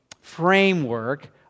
framework